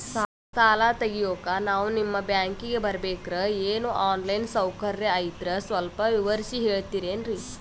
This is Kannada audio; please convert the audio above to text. ಸಾಲ ತೆಗಿಯೋಕಾ ನಾವು ನಿಮ್ಮ ಬ್ಯಾಂಕಿಗೆ ಬರಬೇಕ್ರ ಏನು ಆನ್ ಲೈನ್ ಸೌಕರ್ಯ ಐತ್ರ ಸ್ವಲ್ಪ ವಿವರಿಸಿ ಹೇಳ್ತಿರೆನ್ರಿ?